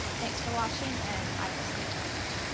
thanks for watching, and i will see you next time.